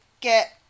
get